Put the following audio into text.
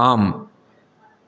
ஆம்